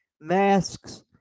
masks